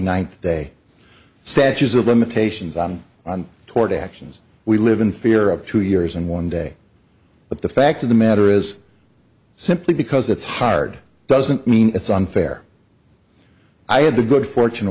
ninth day statues of limitations on toward actions we live in fear of two years and one day but the fact of the matter is simply because it's hard doesn't mean it's unfair i had the good fortune